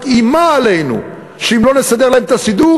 איימה עלינו שאם לא נסדר להם את הסידור,